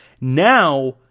Now